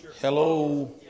Hello